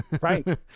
Right